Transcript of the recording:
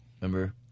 Remember